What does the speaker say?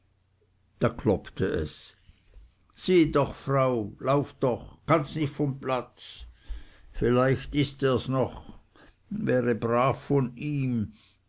da klopfte es sieh doch frau lauf doch kannst nicht vom platz vielleicht ist ers noch wäre brav von ihm